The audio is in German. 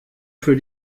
für